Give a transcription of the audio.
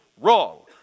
wrong